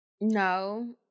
No